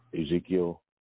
Ezekiel